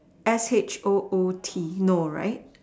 S H O O T you know right